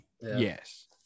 yes